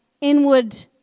inward